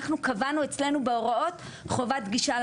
אנחנו קבענו אצלנו בהוראות חובת גישה,